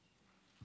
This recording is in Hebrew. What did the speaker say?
חוק